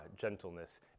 gentleness